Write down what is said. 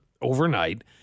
overnight